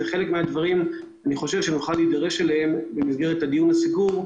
זו שאלה שנוכל להידרש אליה במסגרת הדיון הסגור.